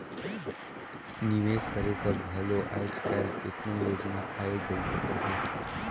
निवेस करे कर घलो आएज काएल केतनो योजना आए गइस अहे